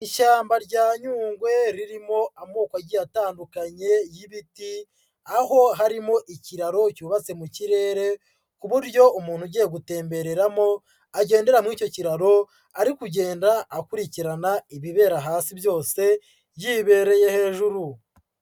Ishyamba rya Nyungwe ririmo amoko agiye atandukanye y'ibiti, aho harimo ikiraro cyubatse mu kirere ku buryo umuntu ugiye gutembereramo, agendera muri icyo kiraro ari kugenda akurikirana ibibera hasi byose yibereye hejuru.